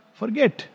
forget